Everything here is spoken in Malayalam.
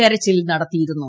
തെരച്ചിൽ നടത്തിയിരുന്നു